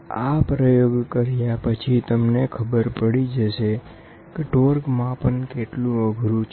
તો આ પ્રયોગ કર્યા પછી તમને ખબર પડી જશે કે ટોર્ક માંપન કેટલું અઘરું છે